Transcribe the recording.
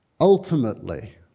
ultimately